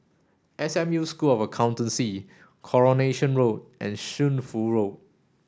S M U School of Accountancy Coronation Road and Shunfu Road